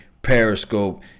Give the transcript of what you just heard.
periscope